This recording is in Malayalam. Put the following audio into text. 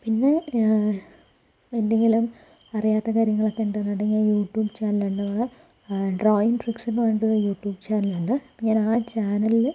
പിന്നെ എന്തെങ്കിലും അറിയാത്ത കാര്യങ്ങൊളൊക്കെ ഉണ്ടെന്നുണ്ടെങ്കിൽ യൂട്യൂബ് ചാനലുണ്ട് ഡ്രോയിങ്ങ് ഫ്രിക്ഷൻന്ന് പറഞ്ഞിട്ടൊരു യൂട്യൂബ് ചാനലുണ്ട് ഞാനാ ചാനലില്